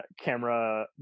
camera